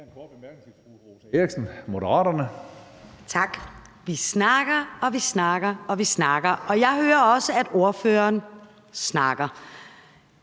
Tak. Vi snakker, og vi snakker. Og jeg hører også, at ordføreren snakker.